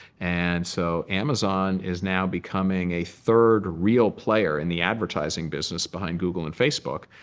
and so amazon is now becoming a third real player in the advertising business behind google and facebook.